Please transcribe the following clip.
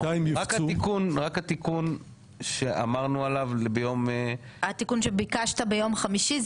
רק התיקון שאמרנו עליו ביום -- התיקון שביקשת ביום חמישי,